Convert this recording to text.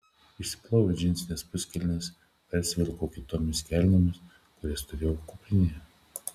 išsiploviau džinsines puskelnes persivilkau kitomis kelnėmis kurias turėjau kuprinėje